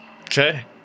Okay